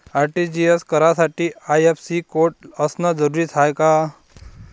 RTGS करासाठी IFSC code असनं जरुरीच हाय का?